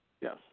Yes